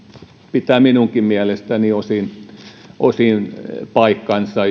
pitää minunkin mielestäni osin osin paikkansa